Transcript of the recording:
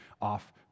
off